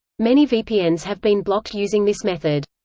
many vpns have been blocked using this method.